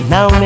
Now